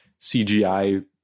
CGI